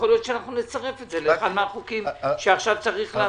יכול להיות שאנחנו נצרף את זה לאחד מהחוקים שעכשיו צריך להביא.